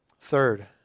Third